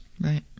Right